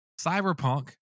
Cyberpunk